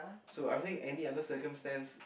so I'm saying any other circumstances